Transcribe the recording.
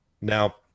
Now